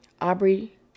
Aubrey